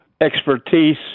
expertise